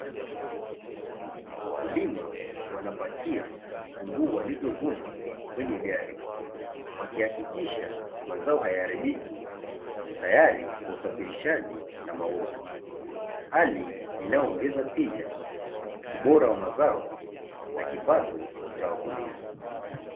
Wakulima wanapakia vitunguu walivyovuna kwenye gari, wakihakikisha mazao hayaharibiki tayari kwa usafirishaji na mauzo. Hali inayoongeza tija, ubora wa mazao na kipato cha wakulima.